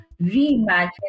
reimagine